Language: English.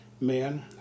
Men